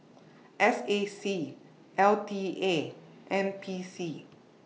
S A C L T A N P C